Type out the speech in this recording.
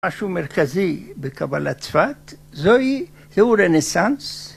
משהו מרכזי בקבלת צפת, זהו רנסאנס.